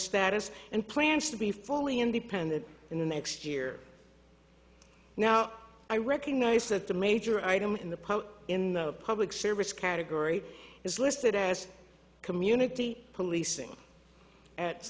status and plans to be fully independent in the next year now i recognize that the major item in the poll in the public service category is listed as community policing at